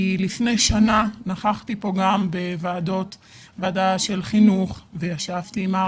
לפני שנה נכחתי כאן בוועדת החינוך וישבתי עם מר